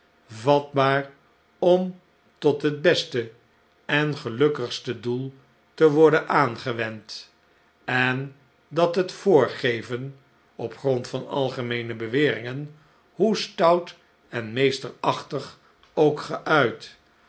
vatbaar om tot het beste en gelukkigste doel te worden aangewend en dat het voorgeven op grond van algemeene beweringen hoe stout en meesterachtig ook geuit